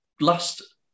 last